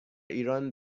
ایران